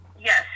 Yes